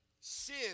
Sin